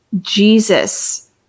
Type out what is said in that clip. Jesus